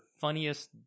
funniest